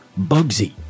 Bugsy